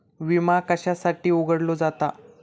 विमा कशासाठी उघडलो जाता?